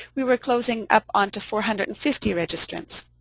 we were closing up on to four hundred and fifty registrants.